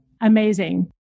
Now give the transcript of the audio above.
amazing